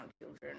children